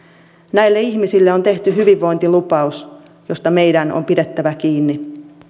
näille ihmisille on tehty hyvinvointilupaus josta meidän on pidettävä kiinni